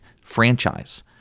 franchise